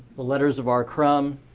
the letters of r. crumb,